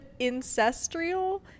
ancestral